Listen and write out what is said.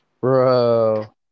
Bro